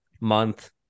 month